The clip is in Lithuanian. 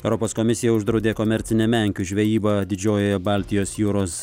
europos komisija uždraudė komercinę menkių žvejybą didžiojoje baltijos jūros